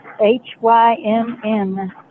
H-Y-M-N